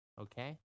okay